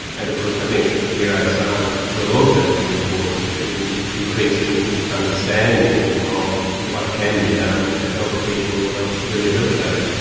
and of course i think neuroscience will also be important in increasing understanding of what can be done to help people rehabilitate.